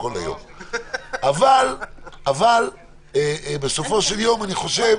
גם בנושא